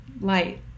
light